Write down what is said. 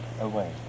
away